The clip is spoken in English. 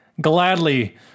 gladly